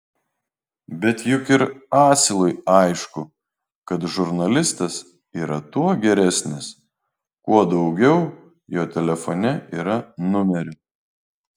bet juk ir asilui aišku kad žurnalistas yra tuo geresnis kuo daugiau jo telefone yra numerių